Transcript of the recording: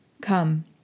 Come